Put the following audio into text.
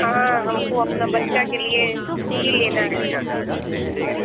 हाँ हमको अपना बच्चा के लिए छुट्टी लेना है मैम